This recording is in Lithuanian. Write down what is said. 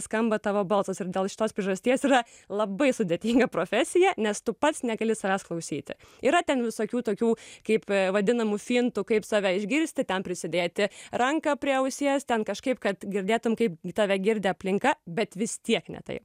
skamba tavo balsas ir dėl šitos priežasties yra labai sudėtinga profesija nes tu pats negali savęs klausyti yra ten visokių tokių kaip vadinamų fintų kaip save išgirsti ten prisidėti ranką prie ausies ten kažkaip kad girdėtum kaip į tave girdi aplinka bet vis tiek ne taip